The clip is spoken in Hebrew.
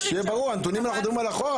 שיהיה ברור, אנחנו מדברים על נתונים אחורה.